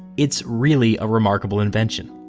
it's really a remarkable invention.